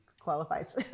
qualifies